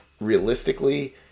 Realistically